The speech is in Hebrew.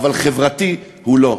אבל חברתי הוא לא.